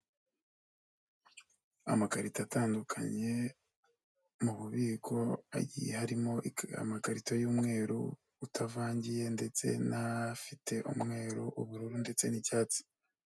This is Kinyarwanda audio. Amakarito atandukanye, mu bubiko hagiye harimo amakarito y'umweru utavangiye ndetse n'afite: umweru, ubururu ndetse n'icyatsi.